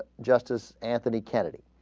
justice anthony kennedy